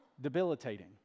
debilitating